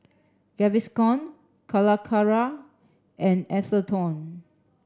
Gaviscon Calacara and Atherton